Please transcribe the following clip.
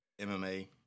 MMA